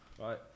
Right